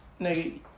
nigga